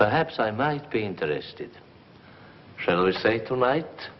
perhaps i might be interested shall we say tonight